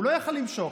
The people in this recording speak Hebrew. והוא לא יכול למשוך.